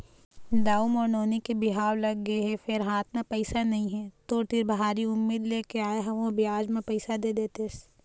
दाऊ मोर नोनी के बिहाव लगगे हे फेर हाथ म पइसा नइ हे, तोर तीर भारी उम्मीद लेके आय हंव बियाज म पइसा दे देतेस